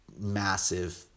massive